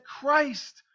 Christ